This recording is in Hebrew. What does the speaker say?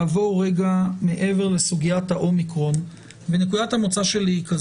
אני מבקש לעבור מעבר לסוגיית ה-אומיקרון ולומר מה נקודת המוצא שלי.